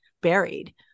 buried